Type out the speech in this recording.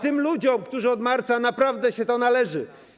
Tym ludziom, którzy od marca pracują, naprawdę się to należy.